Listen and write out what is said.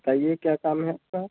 बताइए क्या काम है आपका